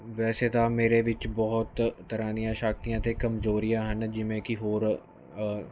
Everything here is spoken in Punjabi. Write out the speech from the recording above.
ਵੈਸੇ ਤਾਂ ਮੇਰੇ ਵਿੱਚ ਬਹੁਤ ਤਰ੍ਹਾਂ ਦੀਆਂ ਸ਼ਕਤੀਆਂ ਅਤੇ ਕਮਜ਼ੋਰੀਆਂ ਹਨ ਜਿਵੇਂ ਕਿ ਹੋਰ